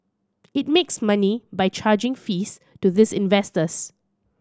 it makes money by charging fees to these investors